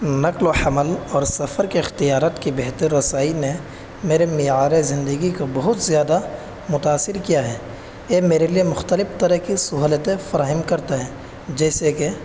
نقل و حمل اور سفر کے اختیارت کی بہتر رسائی نے میرے معیار زندگی کو بہت زیادہ متأثر کیا ہے یہ میرے لیے مختلف طرح کی سہولتیں فراہم کرتا ہے جیسے کہ